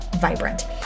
vibrant